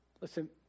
Listen